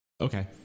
Okay